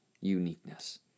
uniqueness